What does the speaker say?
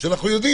שוב,